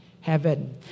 heaven